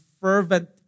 fervent